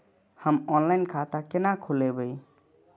हम ऑनलाइन खाता केना खोलैब?